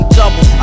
double